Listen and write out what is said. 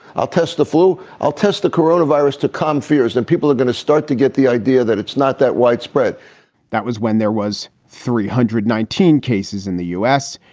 i'll test the flu i'll test the corona virus to calm fears that people are going to start to get the idea that it's not that widespread that was when there was three hundred and nineteen cases in the u s.